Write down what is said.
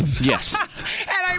Yes